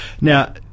Now